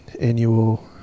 annual